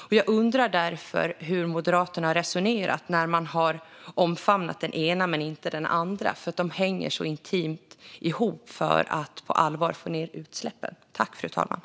Jag undrar därför hur Moderaterna har resonerat när man har omfamnat den ena men inte den andra satsningen, för de hänger intimt ihop för att vi på allvar ska kunna få ned utsläppen.